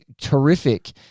terrific